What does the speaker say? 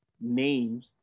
names